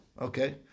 okay